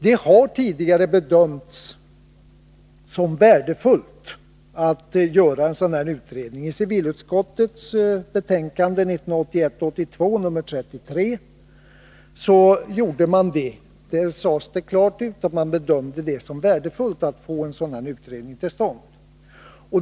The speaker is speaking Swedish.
Det har tidigare bedömts som värdefullt att göra en sådan här utredning. I civilutskottets betänkande 1981/82:33 sades klart ut att man bedömer det som värdefullt att få en sådan utredning till stånd.